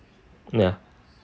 ya